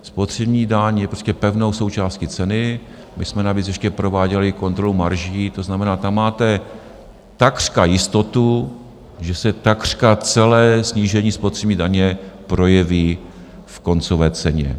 Spotřební daň je prostě pevnou součástí ceny, my jsme navíc ještě prováděli kontrolu marží, to znamená, tam máte takřka jistotu, že se takřka celé snížení spotřební daně projeví v koncové ceně.